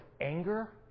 anger